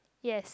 yes